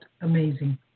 amazing